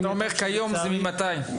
כשאתה אומר כיום, ממתי?